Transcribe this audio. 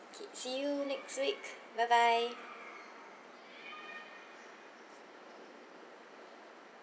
okay see you next week bye bye